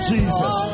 Jesus